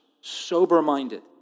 sober-minded